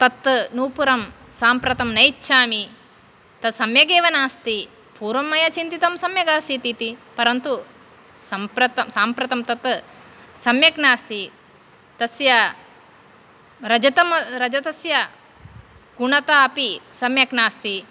तत् नूपुरं साम्प्रतं न इच्छामि तत् सम्यक् एव नास्ति पूर्वं मया चिन्तितं सम्यक् आसीत् इति परन्तु साम्प्रतं साम्प्रतं तत् सम्यक् नास्ति तस्य रजतं रजतस्य गुणता अपि सम्यक् नास्ति